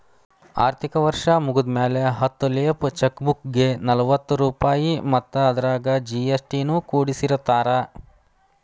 ಆರ್ಥಿಕ ವರ್ಷ್ ಮುಗ್ದ್ಮ್ಯಾಲೆ ಹತ್ತ ಲೇಫ್ ಚೆಕ್ ಬುಕ್ಗೆ ನಲವತ್ತ ರೂಪಾಯ್ ಮತ್ತ ಅದರಾಗ ಜಿ.ಎಸ್.ಟಿ ನು ಕೂಡಸಿರತಾರ